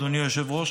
אדוני היושב-ראש,